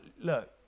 look